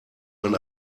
man